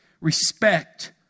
Respect